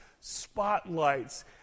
spotlights